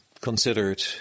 considered